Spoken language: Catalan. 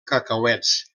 cacauets